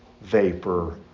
vapor